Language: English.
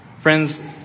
Friends